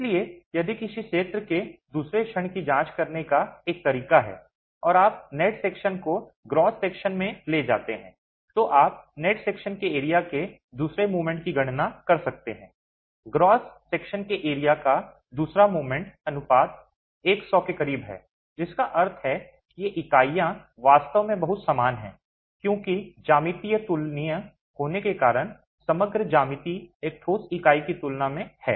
इसलिए यदि किसी क्षेत्र के दूसरे क्षण की जांच करने का एक तरीका है और आप नेट सेक्शन को ग्रॉस सेक्शन में ले जाते हैं तो आप नेट सेक्शन के एरिया के दूसरे मोमेंट की गणना कर सकते हैं ग्रॉस सेक्शन के एरिया का दूसरा मोमेंट अनुपात 100 के करीब है जिसका अर्थ है कि ये इकाइयां वास्तव में बहुत समान हैं क्योंकि ज्यामिति तुलनीय होने के कारण समग्र ज्यामिति एक ठोस इकाई की तुलना में है